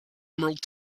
emerald